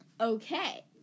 Okay